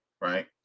right